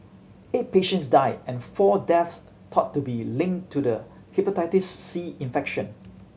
eight patients die and four deaths thought to be linked to the Hepatitis C infection